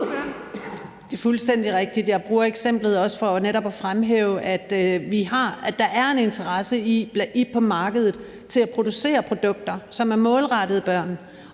Det er fuldstændig rigtigt. Jeg bruger eksemplet for netop også at fremhæve, at der er en interesse på markedet i at producere produkter, som er målrettet børn,